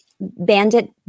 bandit